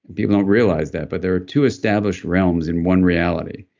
and people don't realize that, but there are two established realms in one reality,